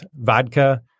vodka